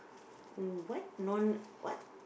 mm what non what